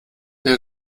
der